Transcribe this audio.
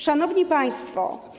Szanowni Państwo!